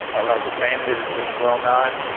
a local family that was well known.